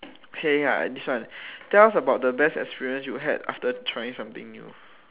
heng ah this one tell us about the best experience you had after trying something new